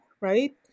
right